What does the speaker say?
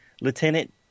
Lieutenant